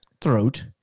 throat